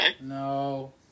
No